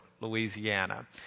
Louisiana